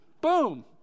boom